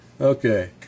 Okay